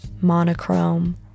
Monochrome